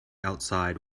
outside